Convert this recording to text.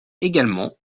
également